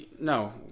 No